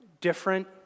different